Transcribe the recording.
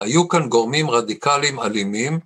‫היו כאן גורמים רדיקליים אלימים?